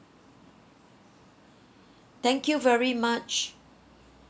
thank you very much